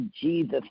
Jesus